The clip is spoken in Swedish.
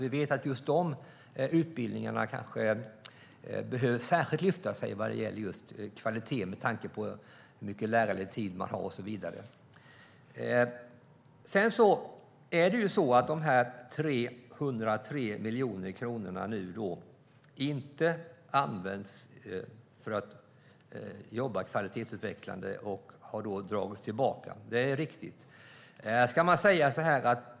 Vi vet att de utbildningarna behöver särskilt lyftas upp vad gäller kvalitet med tanke på lärarledd tid och så vidare. De 303 miljoner kronorna används inte för att jobba med kvalitetsutveckling, och de har dragits tillbaka. Det är riktigt.